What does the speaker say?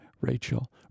Rachel